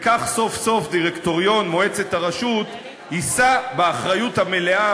וכך סוף-סוף דירקטוריון מועצת הרשות יישא באחריות המלאה